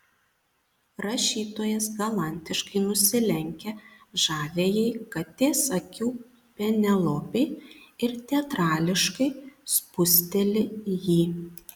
rašytojas galantiškai nusilenkia žaviajai katės akių penelopei ir teatrališkai spusteli jį